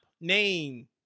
name